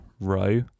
row